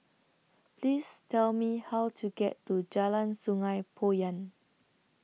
Please Tell Me How to get to Jalan Sungei Poyan